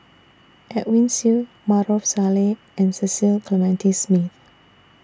Edwin Siew Maarof Salleh and Cecil Clementi Smith